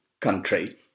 country